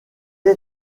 est